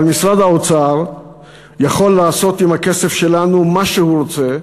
אבל משרד האוצר יכול לעשות עם הכסף שלנו מה שהוא רוצה,